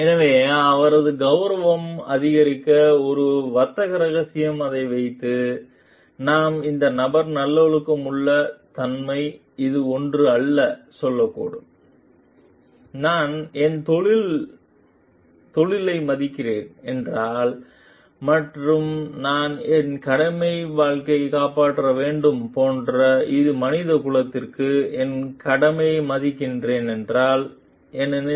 எனவே அவரது கவுரவம் அதிகரிக்க ஒரு வர்த்தக இரகசிய அதை வைத்து நாம் இந்த நபர் நல்லொழுக்கமுள்ள தன்மை இது ஒன்று அல்ல சொல்ல கூடும் நான் என் தொழிலை மதிக்கிறேன் என்றால் மற்றும் நான் என் கடமை வாழ்க்கை காப்பாற்ற வேண்டும் போன்ற இது மனித குலத்திற்கு என் கடமை மதிக்கிறேன் என்றால் ஏனெனில்